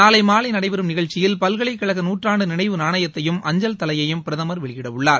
நாளை மாலை நடைபெறும் நிகழ்ச்சியில் பல்கலைக் கழக நுற்றாண்டு நினைவு நாணையத்தையும் அஞ்சல் தலையையும் பிரதமர் வெளியிடவுள்ளார்